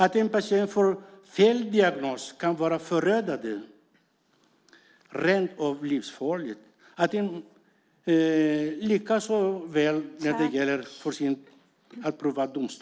Att en patient får fel diagnos kan vara förödande, rent av livsfarligt.